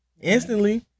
instantly